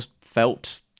felt